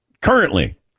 Currently